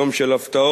יום של הפתעות,